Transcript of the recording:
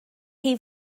chi